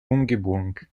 umgebung